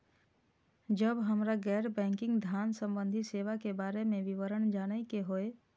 जब हमरा गैर बैंकिंग धान संबंधी सेवा के बारे में विवरण जानय के होय?